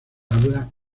habla